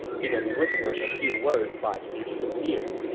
he then whispered a few words by xu shu's ear.